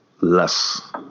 less